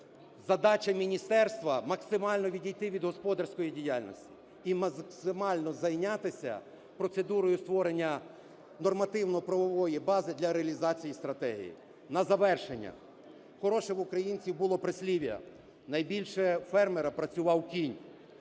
Задача міністерства – максимально відійти від господарської діяльності і максимально зайнятися процедурою створення нормативно-правової бази для реалізації стратегії. На завершення. Хороше в українців було прислів'я: найбільше у фермера працював кінь,